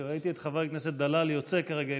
ראיתי את חבר הכנסת דלל יוצא הרגע.